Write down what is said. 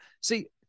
See